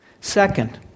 Second